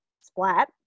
splat